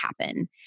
happen